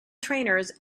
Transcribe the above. trainers